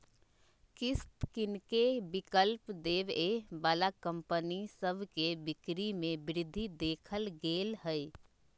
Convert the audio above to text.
किस्त किनेके विकल्प देबऐ बला कंपनि सभ के बिक्री में वृद्धि देखल गेल हइ